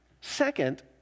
Second